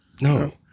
No